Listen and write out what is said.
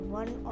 one